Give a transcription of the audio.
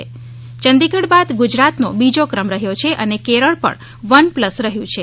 તેમાં ચંડીગઢ બાદ ગુજરાતનો બીજો ક્રમ રહ્યો છે અને કેરળ પણ વન પ્લસ રહ્યું છે